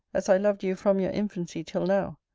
as i loved you from your infancy till now.